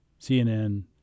CNN